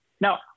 Now